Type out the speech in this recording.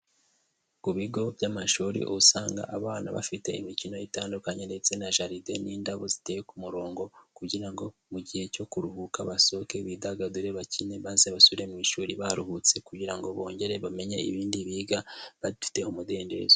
Ku bigo by'amashuri usanga abana bafite imikino itandukanye ndetse na jaride n'indabo ziteye ku murongo kugira ngo mu gihe cyo kuruhuka basohoke, bidagadure, bakine, maze basubire mu ishuri baruhutse kugira ngo bongere bamenye ibindi biga bafite umudendezo.